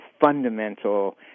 fundamental